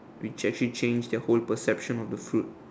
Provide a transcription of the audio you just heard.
which actually changed their whole perception of the fruit